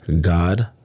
God